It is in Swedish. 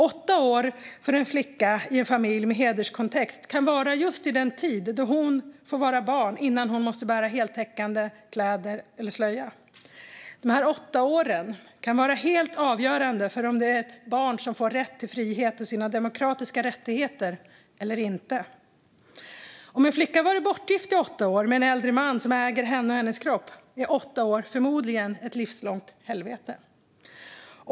Åtta år för en flicka i en familj med hederskontext kan vara just den tid då hon får vara barn innan hon måste bära heltäckande kläder och slöja. Dessa åtta år kan vara helt avgörande för om detta barn får rätt till sin frihet och sina demokratiska rättigheter eller inte. Om en flicka varit bortgift i åtta år med en äldre man som äger henne och hennes kropp är åtta år förmodligen ett livslångt helvete.